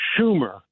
schumer